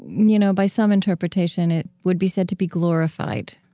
you know by some interpretation, it would be said to be glorified.